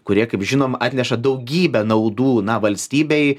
kurie kaip žinom atneša daugybę naudų na valstybei